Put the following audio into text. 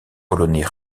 polonais